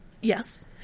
Yes